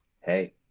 hey